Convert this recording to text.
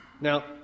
Now